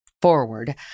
Forward